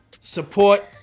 Support